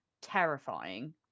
terrifying